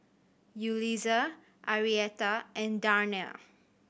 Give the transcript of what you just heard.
Yulisa Arietta and Darnell